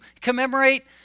commemorate